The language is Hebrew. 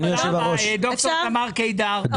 תמר קידר,